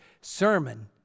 sermon